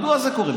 מדוע זה קורה?